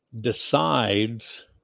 decides